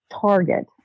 target